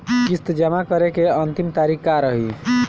किस्त जमा करे के अंतिम तारीख का रही?